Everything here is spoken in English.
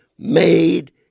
Made